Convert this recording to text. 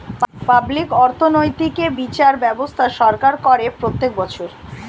public অর্থনৈতিক এ বিচার ব্যবস্থা সরকার করে প্রত্যেক বছর